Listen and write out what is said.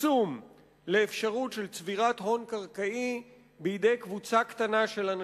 עצום לאפשרות של צבירת הון קרקעי בידי קבוצה קטנה של אנשים.